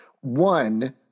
One